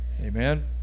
amen